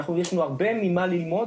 אנחנו יש לנו הרבה ממה ללמוד,